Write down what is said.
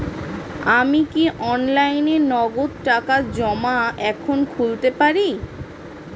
আমি কি অনলাইনে নগদ টাকা জমা এখন খুলতে পারি?